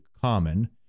common